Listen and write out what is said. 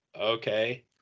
Okay